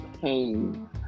pain